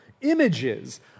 images